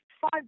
five